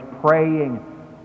praying